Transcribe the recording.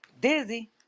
Dizzy